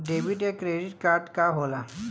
Debit या credit card का होला?